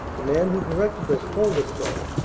the man who directed us told us so.